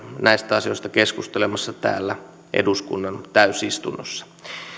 näistä asioista keskustelemassa täällä eduskunnan täysistunnossa